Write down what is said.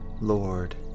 Lord